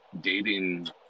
dating